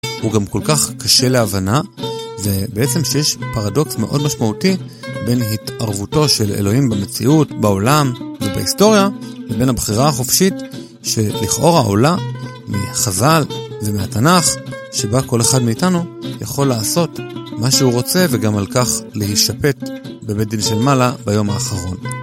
הוא גם כל כך קשה להבנה ובעצם שיש פרדוקס מאוד משמעותי בין התערבותו של אלוהים במציאות, בעולם ובהיסטוריה לבין הבחירה החופשית שלכאורה עולה מחז"ל ומהתנ"ך, שבה כל אחד מאיתנו יכול לעשות מה שהוא רוצה וגם על כך להשפט בבית דין של מעלה ביום האחרון.